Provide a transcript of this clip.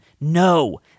No